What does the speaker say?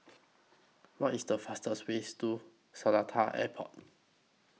What IS The fastest Way to Seletar Airport